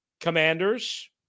commanders